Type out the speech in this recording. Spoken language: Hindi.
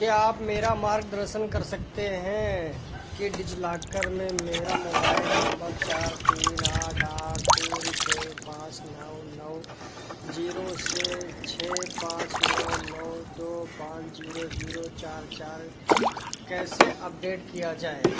क्या आप मेरा मार्गदर्शन कर सकते हैं कि डिजिलॉकर में मेरा मोबाइल नंबर चार तीन आठ आठ तीन छः पाँच नौ नौ जीरो से छः पाँच नौ नौ दो पाँच जीरो जीरो चार चार कैसे अपडेट किया जाए